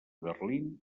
berlín